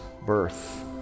birth